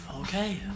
Okay